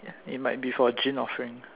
it might be for a offering